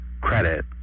credit